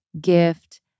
gift